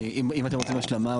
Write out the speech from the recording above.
אם אתם רוצים השלמה,